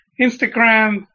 Instagram